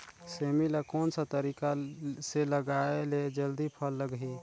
सेमी ला कोन सा तरीका से लगाय ले जल्दी फल लगही?